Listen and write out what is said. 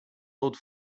old